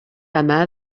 yma